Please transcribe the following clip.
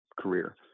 career